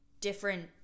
different